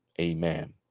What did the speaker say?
Amen